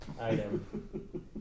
item